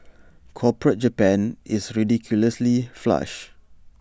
corporate Japan is ridiculously flush